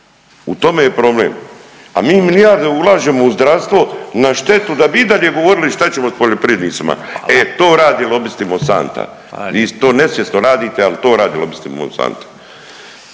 U tome je problem, a mi milijarde ulažemo u zdravstvo na štetu da bi i dalje govorili šta ćemo s poljoprivrednicima …/Upadica: Hvala./… e to rade lobisti Monsanta. Vi to nesvjesno radite, ali to rade lobisti Monsanta.